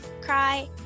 cry